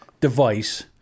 device